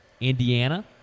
Indiana